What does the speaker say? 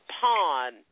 pawn